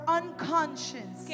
unconscious